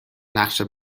نقشه